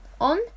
on